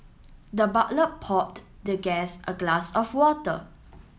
the butler poured the guest a glass of water